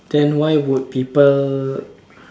then why would people